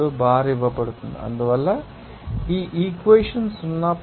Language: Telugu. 03 బార్ ఇవ్వబడుతుంది అందువల్ల ఈ ఈక్వెషన్ 0